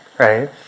right